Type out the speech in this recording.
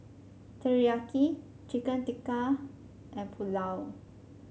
Teriyaki Chicken Tikka and Pulao